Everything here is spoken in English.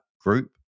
group